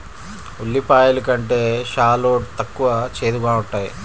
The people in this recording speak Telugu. ఉల్లిపాయలు కంటే షాలోట్ తక్కువ చేదుగా ఉంటాయి